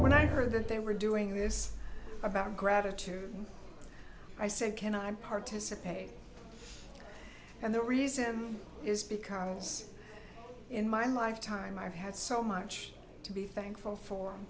when i heard that they were doing this about gratitude i said can i participate and the reason is because in my lifetime i had so much to be thankful